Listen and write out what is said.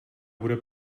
bude